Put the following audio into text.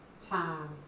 time